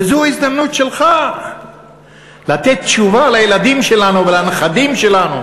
וזו ההזדמנות שלך לתת תשובה לילדים שלנו ולנכדים שלנו,